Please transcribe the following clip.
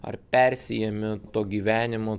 ar persiėmė to gyvenimo